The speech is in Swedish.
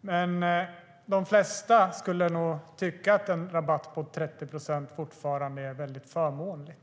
Men de flesta skulle nog tycka att en rabatt på 30 procent fortfarande är väldigt förmånlig.